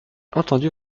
entendu